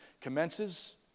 commences